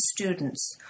students